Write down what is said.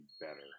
better